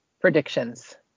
predictions